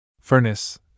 Furnace